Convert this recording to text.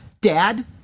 dad